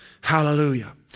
Hallelujah